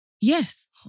Yes